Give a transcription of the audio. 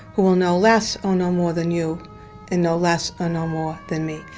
who will know less or know more than you and know less or know more than me.